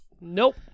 Nope